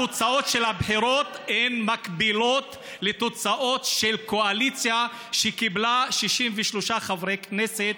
התוצאות של הבחירות מקבילות לתוצאות של קואליציה שקיבלה 63 חברי כנסת,